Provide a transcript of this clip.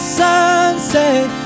sunset